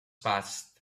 passed